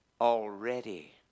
already